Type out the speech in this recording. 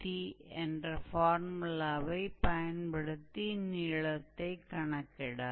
तो अगर हमारे पास ds है तो हम जानते हैं कि